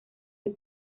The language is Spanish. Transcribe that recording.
del